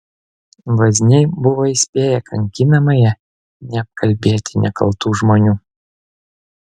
vazniai buvo įspėję kankinamąją neapkalbėti nekaltų žmonių